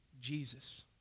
Jesus